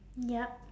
yup